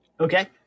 Okay